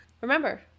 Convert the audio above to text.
Remember